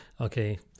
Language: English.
okay